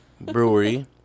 Brewery